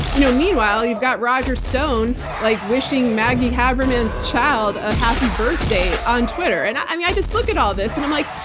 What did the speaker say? you know meanwhile, you've got roger stone like wishing maggie haberman's child a happy birthday on twitter. and i yeah just look at all this and i'm like,